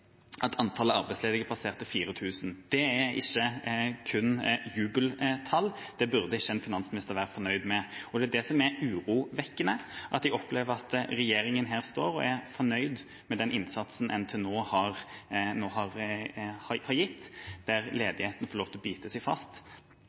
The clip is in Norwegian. at antallet arbeidsledige har passert 4 000. Det er ikke jubeltall, det burde ikke en finansminister være fornøyd med. Det er det som er urovekkende; jeg opplever at regjeringen står her og er fornøyd med sin innsats til nå,